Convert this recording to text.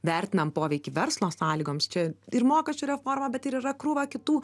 vertinam poveikį verslo sąlygoms čia ir mokesčių reforma bet yra krūva kitų